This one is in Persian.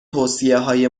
توصیههای